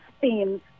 themes